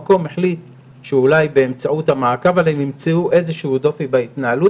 החליט שאולי באמצעות המעקב עליהם ימצאו איזשהו דופי בהתנהלות,